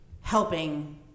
helping